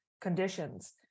conditions